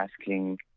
asking